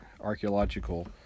archaeological